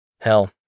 Hell